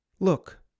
Look